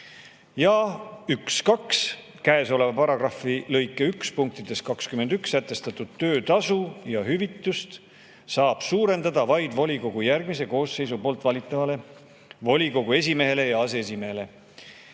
(12) Käesoleva paragrahvi lõike 1 punktides 21 sätestatud töötasu ja hüvitust saab suurendada vaid volikogu järgmise koosseisu poolt valitavale volikogu esimehele ja aseesimehele."Ehk